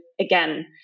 again